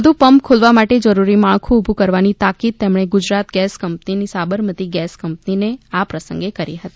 વધુ પંપ ખોલવા માટે જરૂરી માળખું ઊભું કરવાની તાકીદ તેમણે Gujarat gas company Sabarmati gas company ને આ પ્રસંગે કરી હતી